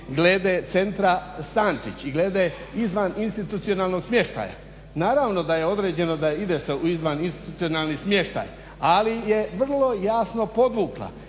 glede Centra "Stančić" i glede izvaninstitucionalnog smještaja. Naravno da je određeno da ide se u izvaninstitucionalni smještaj, ali je vrlo jasno podvukla